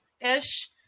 ish